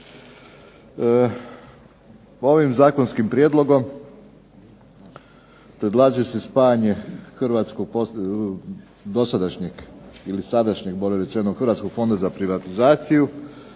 Ovim zakonskim prijedlogom predlaže se spajanje dosadašnjeg ili sadašnjeg bolje rečeno Hrvatskog fonda za privatizaciju